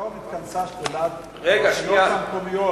היום התכנסה שדולת הרשויות המקומיות